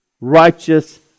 righteous